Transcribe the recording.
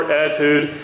attitude